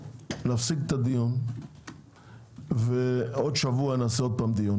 שנפסיק את הדיון ועוד שבוע נעשה עוד פעם דיון.